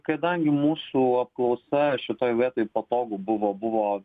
kadangi mūsų apklausa šitoj vietoj patogu buvo buvo